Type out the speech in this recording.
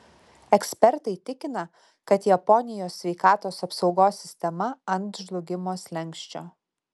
ekspertai tikina kad japonijos sveikatos apsaugos sistema ant žlugimo slenksčio